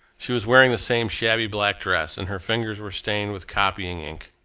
she was wearing the same shabby black dress and her fingers were stained with copying ink.